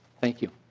thank you.